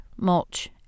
mulch